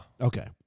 Okay